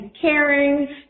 caring